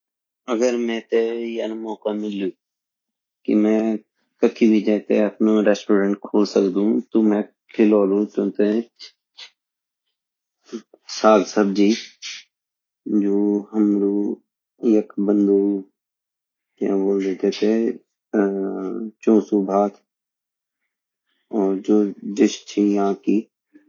अगर मेते यान मौका मिल्लू की मई कखि भी जैते अपणु रेस्टुरेंट खोलदू तो मैं खिलोलु तुमते साग सब्जी जो हम लोग यख बणांदा कया बोलू तेथे चौसु भात जो डिश छे यहाँ की